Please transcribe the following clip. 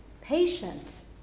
patient